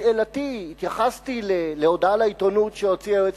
בשאלתי התייחסתי להודעה לעיתונות שהוציא היועץ